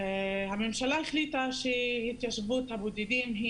הממשלה החליטה שהתיישבות הבודדים היא